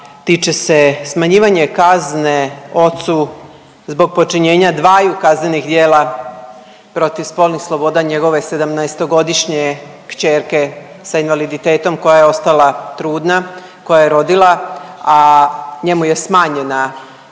tiče se smanjivanja kazne ocu zbog počinjenja dvaju kaznenih djela protiv spolnih sloboda njegove 17-godišnje kćerke za invaliditetom koja je ostala trudna, koja je rodila, a njemu je smanjena